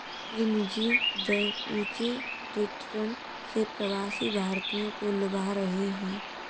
कई निजी बैंक ऊंचे रिटर्न से प्रवासी भारतीयों को लुभा रहे हैं